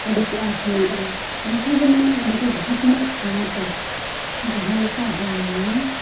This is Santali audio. ᱩᱰᱩᱠᱚᱜᱼᱟ ᱥᱮᱬᱟᱜᱼᱟ ᱚᱱᱠᱟ ᱜᱮ ᱢᱟᱱᱮ ᱚᱸᱰᱮ ᱫᱚ ᱡᱟᱦᱟᱸ ᱛᱤᱱᱟᱹᱜ ᱥᱮᱬᱟ ᱛᱮ ᱡᱟᱦᱟᱸ ᱞᱮᱠᱟ ᱦᱩᱭᱱᱟ